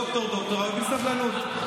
דוקטור, דוקטור, אבל בלי סבלנות.